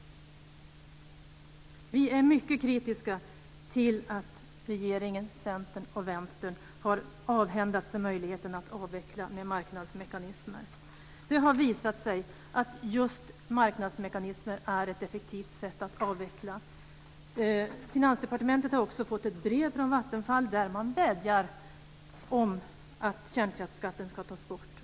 Vi är mycket kritiska till att regeringen, Centern och Vänstern har använt sig av möjligheten att avveckla med marknadsmekanismer. Det har visat sig att just marknadsmekanismer är ett effektivt sätt att avveckla. Finansdepartementet har också fått ett brev från Vattenfall där man vädjar om att kärnkraftsskatten ska tas bort.